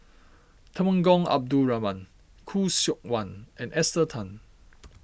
Temenggong Abdul Rahman Khoo Seok Wan and Esther Tan